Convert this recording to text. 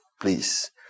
Please